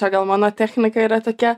čia gal mano technika yra tokia